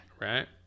Right